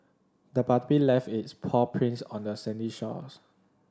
the puppy left its paw prints on the sandy shores